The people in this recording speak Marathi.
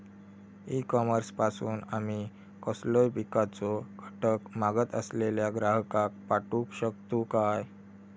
ई कॉमर्स पासून आमी कसलोय पिकाचो घटक मागत असलेल्या ग्राहकाक पाठउक शकतू काय?